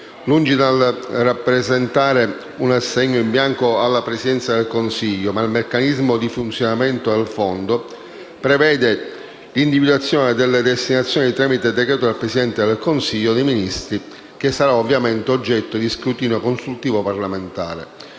lungi dal rappresentare un assegno in bianco alla Presidenza del Consiglio, il meccanismo di funzionamento del Fondo prevede l'individuazione delle destinazioni tramite decreto del Presidente del Consiglio dei ministri, che sarà ovviamente oggetto di scrutinio consultivo parlamentare,